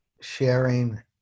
sharing